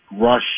rush